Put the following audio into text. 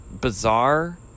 bizarre